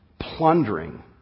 plundering